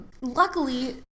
luckily